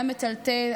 היה מטלטל.